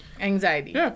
anxiety